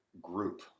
group